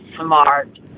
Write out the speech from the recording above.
smart